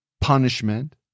punishment